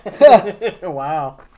Wow